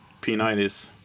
P90s